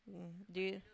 mm do you